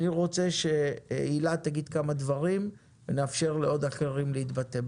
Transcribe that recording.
אני רוצה שהילה תגיד כמה דברים ונאפשר לעוד אחרים להתבטא.